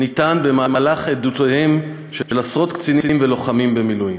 ניתן במהלך עדותיהם של עשרות קצינים ולוחמים במילואים.